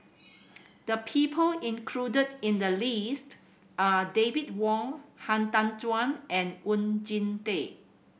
the people included in the list are David Wong Han Tan Juan and Oon Jin Teik